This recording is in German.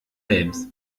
helms